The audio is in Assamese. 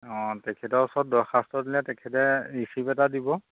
অঁ তেখেতৰ ওচৰত দৰখাস্ত দিলে তেখেতে ৰিচিপ এটা দিব